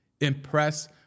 impress